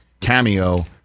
cameo